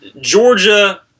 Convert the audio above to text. georgia